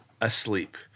asleep